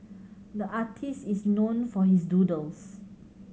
the artist is known for his doodles